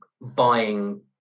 buying